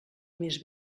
més